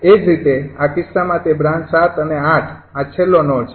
એ જ રીતે આ કિસ્સામાં તે બ્રાન્ચ ૭ અને ૮ આ છેલ્લો નોડ છે